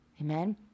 Amen